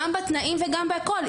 גם בתנאים וגם בכול.